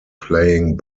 playing